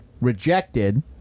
rejected